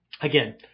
again